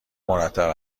مرتب